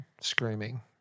screaming